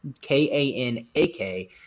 K-A-N-A-K